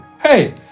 Hey